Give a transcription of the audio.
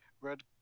red